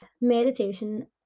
Meditation